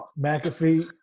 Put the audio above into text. McAfee